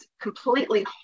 completely